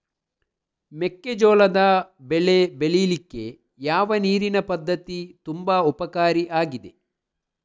ಮೆಕ್ಕೆಜೋಳದ ಬೆಳೆ ಬೆಳೀಲಿಕ್ಕೆ ಯಾವ ನೀರಿನ ಪದ್ಧತಿ ತುಂಬಾ ಉಪಕಾರಿ ಆಗಿದೆ?